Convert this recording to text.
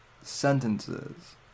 sentences